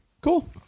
Cool